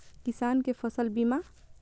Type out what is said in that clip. किसान कै फसल बीमा?